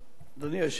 אדוני היושב-ראש,